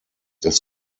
des